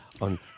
on